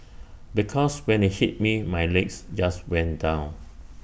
because when IT hit me my legs just went down